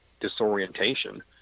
disorientation